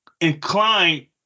inclined